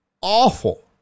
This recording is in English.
awful